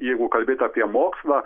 jeigu kalbėti apie mokslą